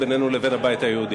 בינינו לבין הבית היהודי.